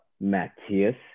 Matthias